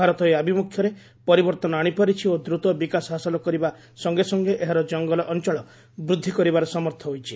ଭାରତ ଏହି ଆଭିମୁଖ୍ୟରେ ପରିବର୍ତ୍ତନ ଆଣିପାରିଛି ଓ ଦ୍ରତ ବିକାଶ ହାସଲ କରିବା ସଙ୍ଗେ ସଙ୍ଗେ ଏହାର ଜଙ୍ଗଲ ଅଞ୍ଚଳ ବୃଦ୍ଧି କରିବାରେ ସମର୍ଥ ହୋଇଛି